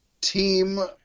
team